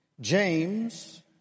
James